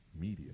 media